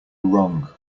wrong